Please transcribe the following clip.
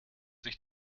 sich